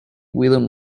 whelan